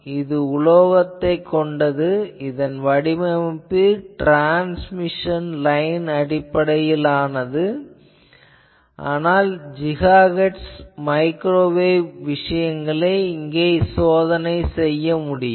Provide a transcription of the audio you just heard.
இது உலோகத்தைக் கொண்டது இதன் வடிவமைப்பு ட்ரான்ஸ்மிஷன் லைன் அடிப்படையில் ஆனது ஆனால் GHz மைக்ரோவேவ் விஷயங்களை இங்கே சோதனை செய்யலாம்